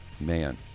Man